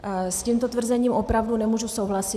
S tímto tvrzením opravdu nemohu souhlasit.